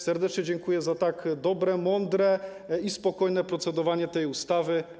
Serdecznie dziękuję za tak dobre, mądre i spokojne procedowanie nad tą ustawą.